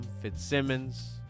Fitzsimmons